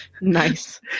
nice